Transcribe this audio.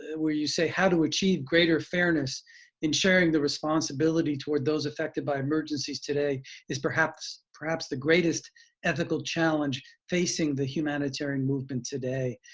where you say how to achieve greater fairness in sharing the responsibility toward those affected by emergencies today is perhaps perhaps the greatest ethical challenge facing the humanitarian movement today,